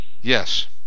Yes